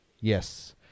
Yes